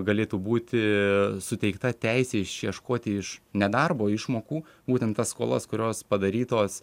galėtų būti suteikta teisė išieškoti iš nedarbo išmokų būtent tas skolas kurios padarytos